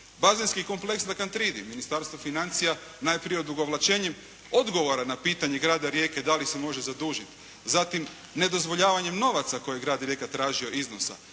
Bazenski kompleks na Kantridi. Ministarstvo financija najprije odugovlačenjem odgovora na pitanje grada Rijeke da li se može zadužiti. Zatim, nedozvoljavanjem novaca koji je grad Rijeka tražio iznosa,